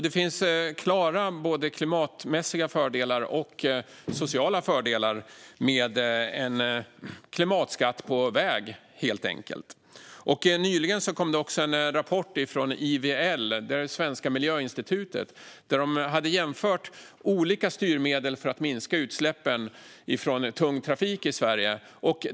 Det finns helt enkelt klara klimatmässiga och sociala fördelar med en klimatskatt på väg. Nyligen kom det också en rapport från IVL Svenska Miljöinstitutet, där de jämför olika styrmedel för att minska utsläppen från tung trafik i Sverige.